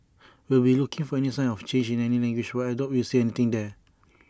we'll be looking for any signs of change in language but I doubt we'll see anything there